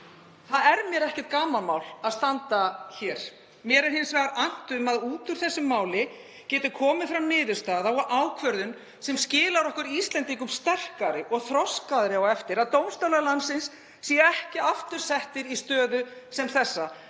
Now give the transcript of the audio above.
Það er mér ekkert gamanmál að standa hér. Mér er hins vegar annt um að út úr þessu máli geti komið niðurstaða og ákvörðun sem skilar okkur Íslendingum sterkari og þroskaðri á eftir, að dómstólar landsins séu ekki aftur settir í stöðu sem þessa,